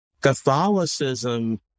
Catholicism